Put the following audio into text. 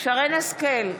שרן מרים השכל,